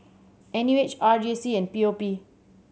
N U H R J C and P O P